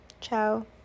Ciao